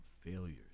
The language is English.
failures